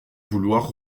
vouloir